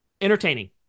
entertaining